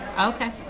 Okay